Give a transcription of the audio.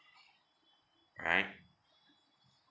right